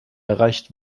erreicht